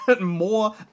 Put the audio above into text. more